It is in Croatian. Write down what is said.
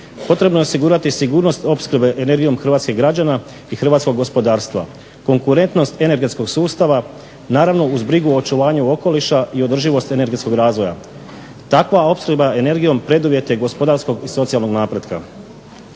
Potrebno je osigurati sigurnost opskrbe energijom hrvatskih građana i hrvatskog gospodarstva, konkurentnost energetskog sustava naravno uz brigu o očuvanju okoliša i održivost energetskog razvoja. Takva opskrba energijom preduvjet je gospodarskog i socijalnog napretka.